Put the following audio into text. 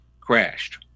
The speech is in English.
crashed